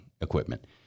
equipment